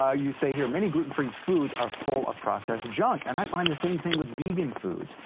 ah you say here many gluten free foods are full of processed junk, and i find the same thing with vegan foods.